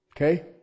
Okay